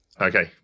Okay